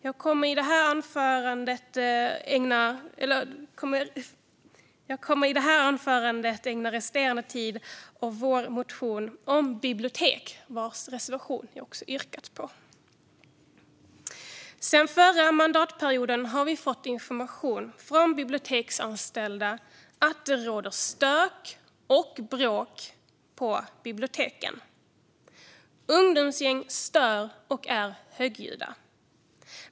Jag kommer att ägna resterande tid av detta anförande åt vår motion om bibliotek - reservationen om detta har jag yrkat bifall till. Sedan förra mandatperioden har vi fått information från biblioteksanställda om att det råder stök och bråk på biblioteken. Ungdomsgäng stör och är högljudda.